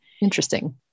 Interesting